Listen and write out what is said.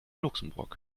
luxemburg